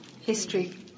history